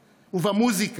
אנחנו לא לא מעניינים,